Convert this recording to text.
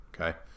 okay